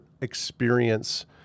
experience